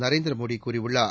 நரேந்திர மோடி கூறியுள்ளார்